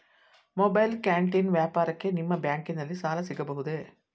Mobile canteen ವ್ಯಾಪಾರಕ್ಕೆ ನಿಮ್ಮ ಬ್ಯಾಂಕಿನಲ್ಲಿ ಸಾಲ ಸಿಗಬಹುದೇ?